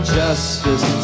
justice